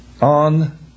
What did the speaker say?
on